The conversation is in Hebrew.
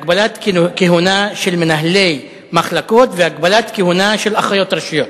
הגבלת כהונה של מנהלי מחלקות והגבלת כהונה של אחיות ראשיות.